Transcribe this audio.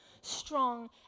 strong